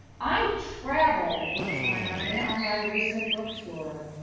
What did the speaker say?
i traveled with flannery on my recent book tour.